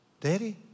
Daddy